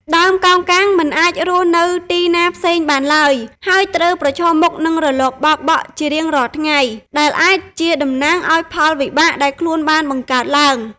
ដើមកោងកាងមិនអាចរស់នៅទីណាផ្សេងបានឡើយ ហើយត្រូវប្រឈមមុខនឹងរលកបោកបក់ជារៀងរាល់ថ្ងៃ ដែលអាចជាតំណាងឲ្យផលវិបាកដែលខ្លួនបានបង្កើតឡើង។